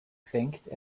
fängt